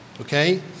Okay